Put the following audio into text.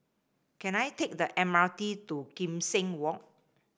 can I take the M R T to Kim Seng Walk